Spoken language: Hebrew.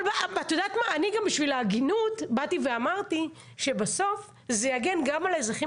אני גם בשביל ההגינות באתי ואמרתי שבסוף זה יגן גם על האזרחים